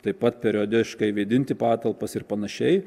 taip pat periodiškai vėdinti patalpas ir panašiai